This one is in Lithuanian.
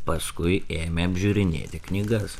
paskui ėmė apžiūrinėti knygas